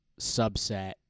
subset